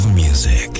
music